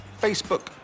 Facebook